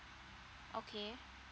okay